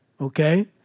Okay